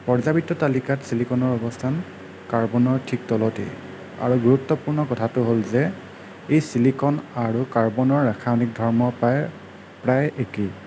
পৰ্যাবৃত্ত তালিকাত চিলিকনৰ অৱস্থান কাৰ্বনৰ ঠিক তলতেই আৰু গুৰুত্বপূৰ্ণ কথাটো হ'ল যে এই চিলিকন আৰু কাৰ্বনৰ ৰাসায়নিক ধৰ্ম প্ৰায় প্ৰায় একেই